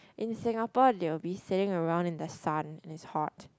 in Singapore they will be sitting around in the sun and it's hot